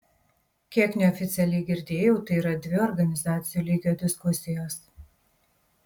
kiek neoficialiai girdėjau tai yra dvi organizacijų lygio diskusijos